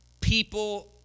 people